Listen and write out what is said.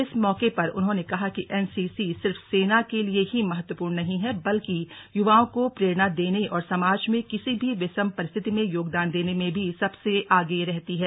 इस मौके पर उन्होंने कहा कि एनसीसी सिर्फ सेना के लिये ही महत्वपूर्ण नहीं है बल्कि युवाओं को प्रेरणा देने और समाज में किसी भी विषम परिस्थिति में योगदान देने में भी सबसे आगे रहता है